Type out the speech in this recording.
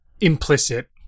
implicit